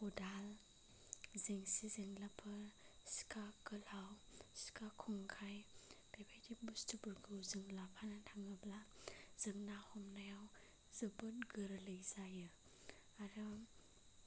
खदाल जेंसि जेंलाफोर सिखा गोलाव सिखा खंखाय बेबादि बुस्थुफोरखौ जों लाफानानै थाङोब्ला जों ना हमनायाव जोबोर गोरलै जायो आरो